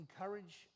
encourage